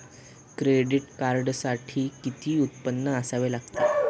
Credit कार्डसाठी किती उत्पन्न असावे लागते?